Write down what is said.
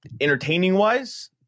entertaining-wise